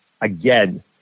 again –